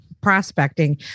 prospecting